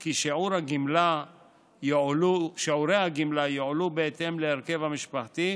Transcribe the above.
כי שיעורי הגמלה יועלו בהתאם להרכב המשפחתי,